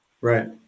Right